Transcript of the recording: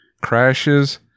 crashes